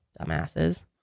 dumbasses